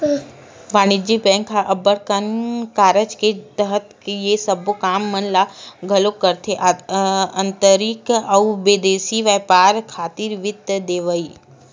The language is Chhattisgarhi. वाणिज्य बेंक ह अब्बड़ कन कारज के तहत ये सबो काम मन ल घलोक करथे आंतरिक अउ बिदेसी बेपार खातिर वित्त देवई